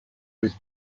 was